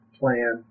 plan